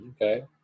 Okay